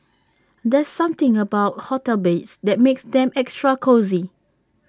there's something about hotel beds that makes them extra cosy